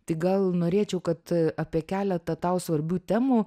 tai gal norėčiau kad apie keletą tau svarbių temų